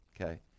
okay